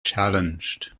challenged